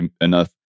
enough